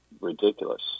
ridiculous